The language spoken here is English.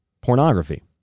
pornography